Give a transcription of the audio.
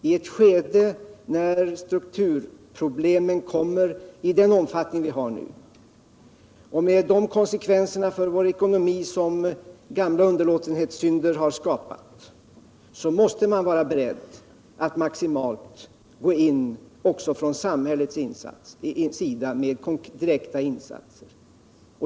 I ett skede när strukturproblemen kommer i den omfattning som de gör nu och med de konsekvenserna för vår ekonomi som gamla underlåtenhetssynder har skapat måste man vara beredd att maximalt gå in också från samhällets sida med direkta insatser.